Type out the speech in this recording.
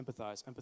empathize